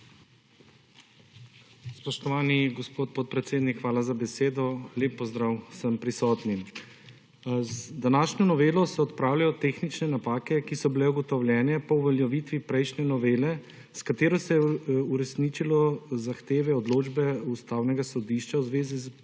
Spoštovani gospod podpredsednik, hvala za besedo. Lep pozdrav vsem prisotnim. Z današnjo novelo se opravljajo tehnične napake, ki so bile ugotovljene po uveljavitvi prejšnje novele, s katero se je uresničilo zahteve odločbe Ustavnega sodišča v zvezi s